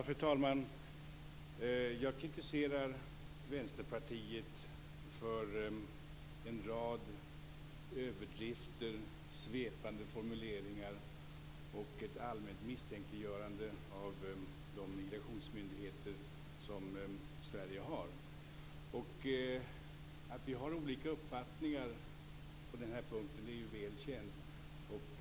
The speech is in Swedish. Fru talman! Jag kritiserar Vänsterpartiet för en rad överdrifter, svepande formuleringar och ett allmänt misstänkliggörande av de migrationsmyndigheter som Sverige har. Att vi har olika uppfattningar på denna punkt är väl känt.